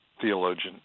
theologian